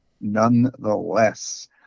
nonetheless